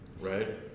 right